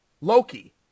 Loki